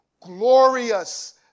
glorious